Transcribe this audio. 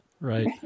Right